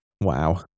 Wow